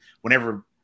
whenever